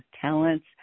talents